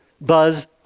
Buzz